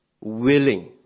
willing